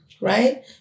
right